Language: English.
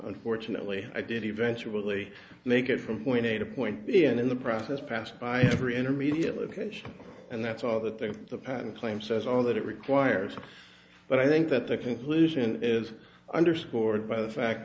unfortunately i did eventually make it from point a to point b and in the process passed by three in a real occasion and that's all that the patent claim says all that it requires but i think that the conclusion is underscored by the fact